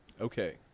Okay